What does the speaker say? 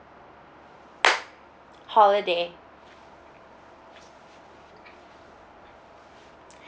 holiday